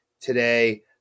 today